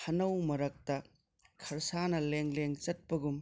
ꯍꯥꯅꯧ ꯃꯔꯛꯇ ꯈꯔꯁꯥꯅ ꯂꯦꯡ ꯂꯦꯡ ꯆꯠꯄꯒꯨꯝ